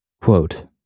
Quote